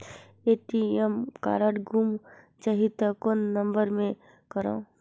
ATM card गुम जाही त कौन नम्बर मे करव?